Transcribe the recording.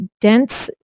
dense